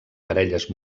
parelles